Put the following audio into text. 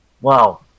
Wow